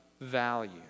value